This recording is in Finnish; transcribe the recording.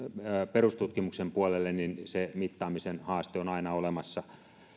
perustutkimuksen puolelle niin se mittaamisen haaste on aina olemassa